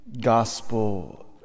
gospel